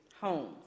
homes